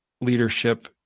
leadership